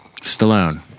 Stallone